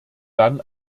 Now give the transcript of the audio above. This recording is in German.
dann